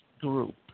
group